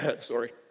Sorry